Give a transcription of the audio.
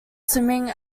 swimming